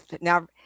now